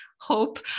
hope